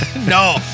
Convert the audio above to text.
No